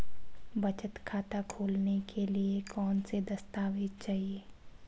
बचत खाता खोलने के लिए कौनसे दस्तावेज़ चाहिए?